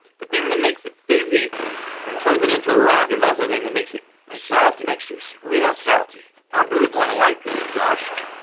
the thing that makes it fizzy and turns it into a rock is also a thing that makes it makes ah it makes you real salty. i really wanna like this, josh.